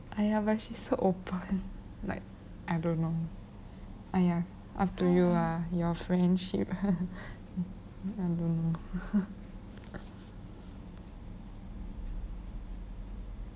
!aiya! but she so open like I don't know !aiya! up to you lah your friendship I don't know